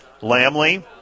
Lamley